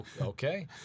Okay